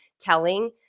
telling